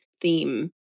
theme